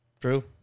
True